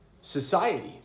society